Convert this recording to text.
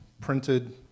printed